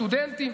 עם הסטודנטים.